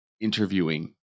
interviewing